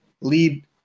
lead